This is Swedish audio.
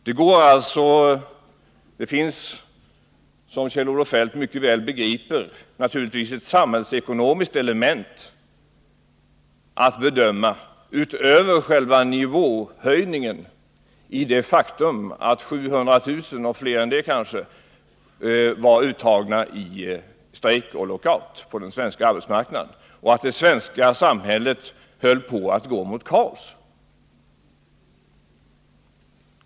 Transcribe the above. Som Kjell-Olof Feldt mycket väl begriper måste det, utöver av själva nivåhöjningen, göras en samhällsekonomisk bedömning även av det faktum att 700 000 anställda — och kanske fler än så — på den svenska arbetsmarknaden var uttagna i strejk och lockout och att det svenska samhället var på väg mot kaos.